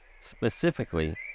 Specifically